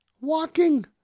Walking